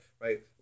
right